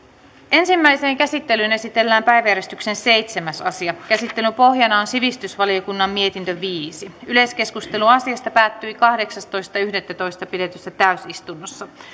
ensimmäiseen käsittelyyn esitellään päiväjärjestyksen seitsemäs asia käsittelyn pohjana on sivistysvaliokunnan mietintö viisi yleiskeskustelu asiasta päättyi kahdeksastoista yhdettätoista kaksituhattaviisitoista pidetyssä täysistunnossa